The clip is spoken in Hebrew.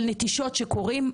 של נטישות שקורים.